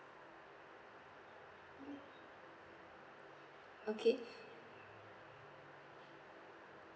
okay